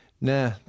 Nah